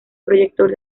proyector